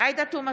עאידה תומא